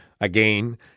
again